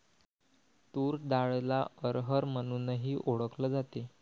तूर डाळला अरहर म्हणूनही ओळखल जाते